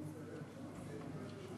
תודה לך, אדוני היושב-ראש.